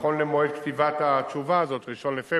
נכון למועד כתיבת התשובה הזאת, 1 בפברואר.